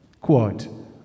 Quote